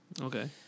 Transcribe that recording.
Okay